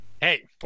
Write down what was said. Hey